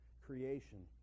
creation